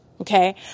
okay